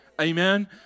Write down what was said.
Amen